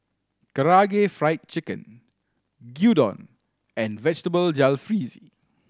Karaage Fried Chicken Gyudon and Vegetable Jalfrezi